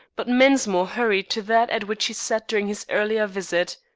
but mensmore hurried to that at which he sat during his earlier visit.